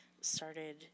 started